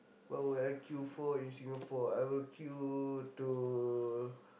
what would I kill for in Singapore I would kill to